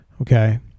Okay